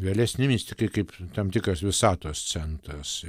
vėlesnei mistikai kaip tam tikras visatos centras